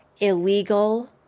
illegal